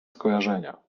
skojarzenia